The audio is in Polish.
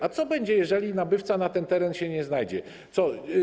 A co będzie, jeżeli nabywca na ten teren się nie znajdzie?